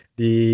di